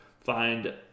Find